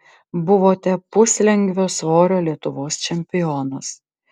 buvote puslengvio svorio lietuvos čempionas